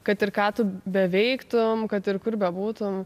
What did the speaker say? kad ir ką tu beveiktum kad ir kur bebūtum